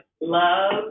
Love